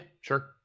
sure